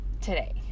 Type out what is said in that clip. today